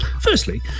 Firstly